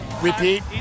repeat